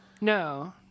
No